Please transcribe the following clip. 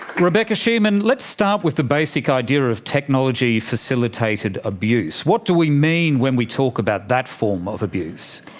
rebecca shearman, let's start with the basic idea of technology facilitated abuse. what do we mean when we talk about that form of abuse?